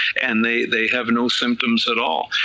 and they they have no symptoms at all,